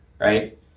Right